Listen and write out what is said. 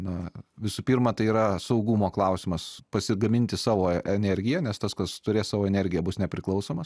na visų pirma tai yra saugumo klausimas pasigaminti savo energiją nes tas kas turės savo energiją bus nepriklausomas